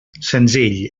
senzill